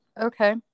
Okay